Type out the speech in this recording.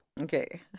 Okay